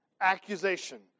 accusation